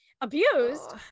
abused